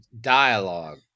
Dialogue